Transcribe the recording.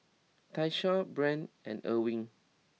Tyshawn Brent and Erwin